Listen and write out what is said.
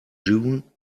june